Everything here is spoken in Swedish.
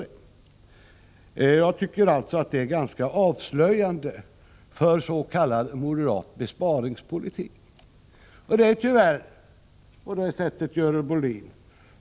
Det är ganska avslöjande för moderaternas s.k. besparingspolitik.